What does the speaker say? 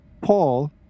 Paul